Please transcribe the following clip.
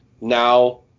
now